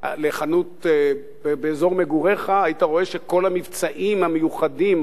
לחנות באזור מגוריך היית רואה שכל המבצעים המיוחדים